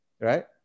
right